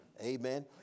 Amen